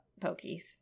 Pokies